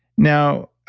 now,